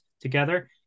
together